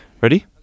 Ready